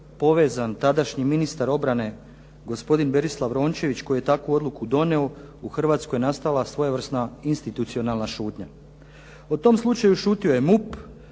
povezan tadašnji ministar obrane, gospodin Berislav Rončević, koji je takvu odluku donio u Hrvatskoj je nastala svojevrsna institucionalna šutnja. O tom slučaju šutio je MUP,